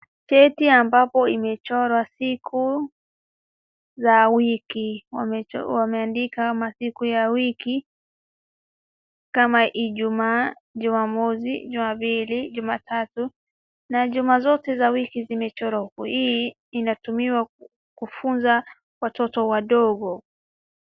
Cheti ambapo imechorwa siku za wiki, wame wameandika masiku ya wiki, kama Ijumaa, Jumamosi, Jumapili, Jumatatu na juma zote za wiki zimechorwa kwa hii inatumiwa kufunza watoto wadogo.